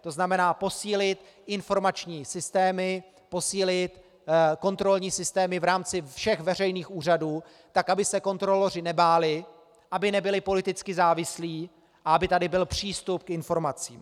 To znamená posílit informační systémy, posílit kontrolní systémy v rámci všech veřejných úřadů, tak aby se kontroloři nebáli, aby nebyli politicky závislí a aby tady byl přístup k informacím.